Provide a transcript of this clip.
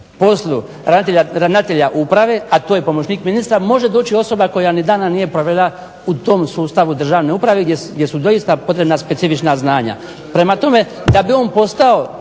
poslu ravnatelja uprave, a to je pomoćnik ministra može doći osoba koja ni dana nije provela u tom sustavu državne uprave gdje su doista potrebna specifična znanja. Prema tome, da bi on postao